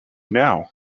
now